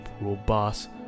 robust